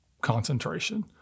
concentration